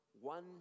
one